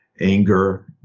anger